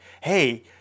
Hey